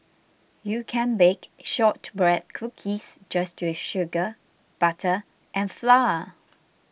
you can bake Shortbread Cookies just with sugar butter and flour